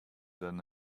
than